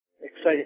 excited